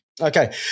Okay